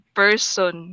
person